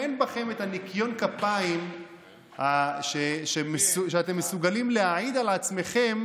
אין בכם את ניקיון הכפיים שאתם מסוגלים להעיד על עצמכם,